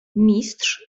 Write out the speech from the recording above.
mistrz